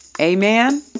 Amen